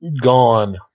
gone